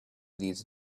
these